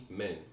men